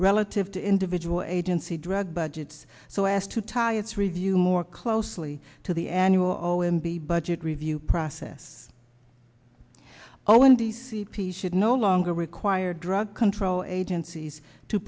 relative to individual agency drug budgets so as to tie its review more closely to the annual o m b budget review process all in the c p should no longer require drug control agencies to